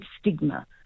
stigma